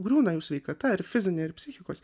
griūna jų sveikata ir fizinė ar psichikos